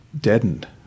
deadened